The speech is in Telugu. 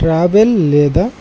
ట్రావెల్ లేదా